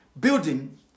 building